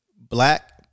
black